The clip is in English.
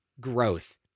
growth